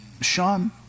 Sean